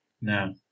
No